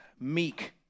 meek